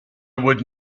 would